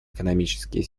экономические